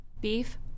Beef